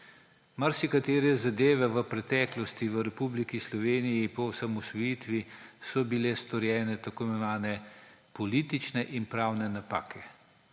Marsikatere zadeve v preteklosti v Republiki Sloveniji – po osamosvojitvi so bile storjene tako imenovane politične in pravne napake.